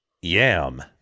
Yam